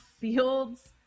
fields